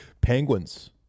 Penguins